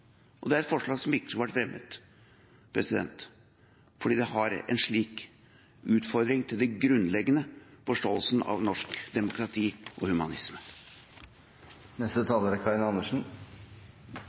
hatt. Det er et forslag som ikke skulle vært fremmet, fordi det har en slik utfordring til den grunnleggende forståelsen av norsk demokrati og humanisme.